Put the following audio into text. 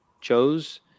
chose